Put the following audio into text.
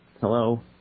Hello